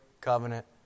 covenant